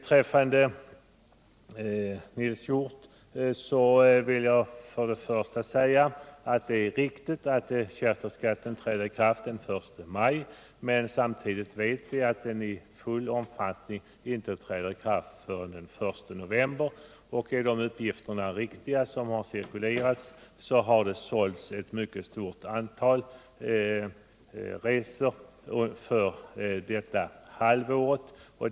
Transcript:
Till Nils Hjorth vill jag säga att det är riktigt att charterskatten träder i kraft den 1 maj 1978. Men samtidigt vet vi att den i full omfattning inte träder i kraft förrän den 1 november. Är de uppgifter riktiga som har cirkulerat, har det sålts ett mycket stort antal resor för detta halvår.